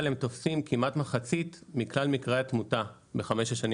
אבל הם תופסים כמעט מחצית מכלל מקרי התמותה בחמש השנים